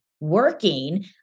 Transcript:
working